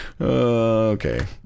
Okay